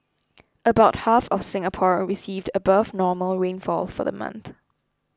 about half of Singapore received above normal rainfall for the month